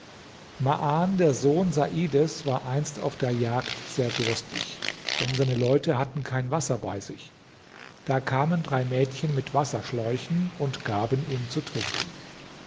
der sohn saides war einst auf der jagd sehr durstig denn seine leute hatten kein wasser bei sich da kamen drei mädchen mit wasserschläuchen und gaben ihm zu trinken